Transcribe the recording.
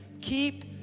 keep